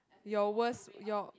your worst your